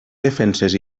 defenses